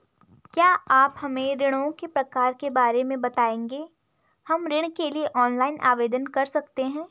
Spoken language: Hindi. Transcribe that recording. क्या आप हमें ऋणों के प्रकार के बारे में बताएँगे हम ऋण के लिए ऑनलाइन आवेदन कर सकते हैं?